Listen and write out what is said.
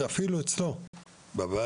אפילו אצלו בבית,